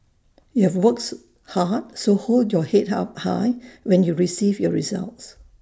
you have work so hard so hold your Head up high when you receive your results